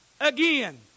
again